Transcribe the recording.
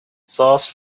sauce